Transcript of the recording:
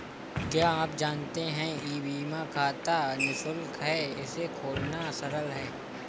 क्या आप जानते है ई बीमा खाता निशुल्क है, इसे खोलना सरल है?